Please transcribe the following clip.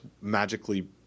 magically